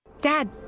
Dad